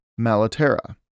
Malaterra